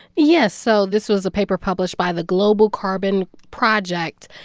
yes. so this was a paper published by the global carbon project.